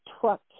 truck